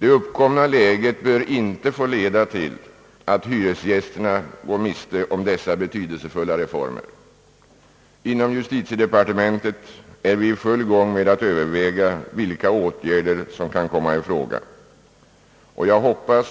Det uppkomna läget bör inte få leda till att hyresgästerna går miste om dessa betydelsefulla reformer. Inom justitiedepartementet är vi i full gång med att överväga vilka åtgärder som kan komma i fråga, och jag hoppas